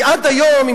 כי עד היום,